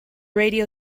radio